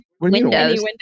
windows